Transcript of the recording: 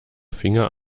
finger